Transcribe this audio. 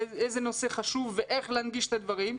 איזה נושא חשוב ואיך להנגיש את הדברים.